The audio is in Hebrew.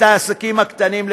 את העסקים הקטנים,